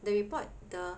the report the